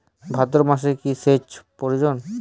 ভাদ্রমাসে কি সেচ প্রয়োজন?